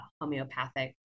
homeopathic